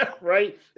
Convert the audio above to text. right